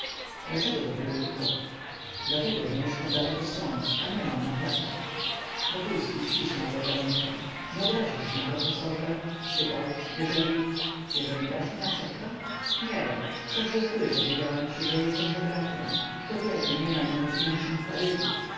dlaczego dopiero jutro dlatego że mieszkam daleko ztąd a nie mam na fiakra wokulski uścisnął go za rękę nie obrazisz się profesorze spytał jeżeli jeżeli dasz mi na fiakra nie wszakże zgóry powiedziałem ci że jestem żebrakiem i kto wie czy nie najnędzniejszym w paryżu